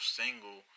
single